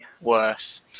worse